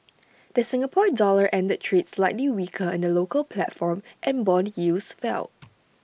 the Singapore dollar ended trade slightly weaker in the local platform and Bond yields fell